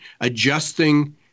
adjusting